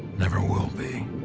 never will be,